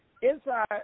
Inside